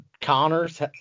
Connors